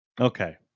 Okay